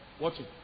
watching